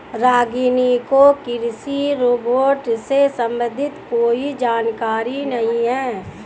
रागिनी को कृषि रोबोट से संबंधित कोई जानकारी नहीं है